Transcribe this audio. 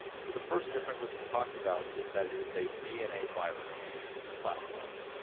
so the first differences we talked about is that it is a dna virus platform.